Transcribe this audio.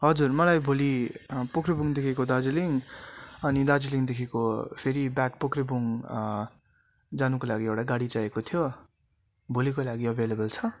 हजुर मलाई भोलि पोख्रेबुङदेखिको दार्जिलिङ अनि दार्जिलिङदेखिको फेरि ब्याक पोख्रेबुङ जानुको लागि एउटा गाडी चाहिएको थियो भोलिको लागि एभाइलेबल छ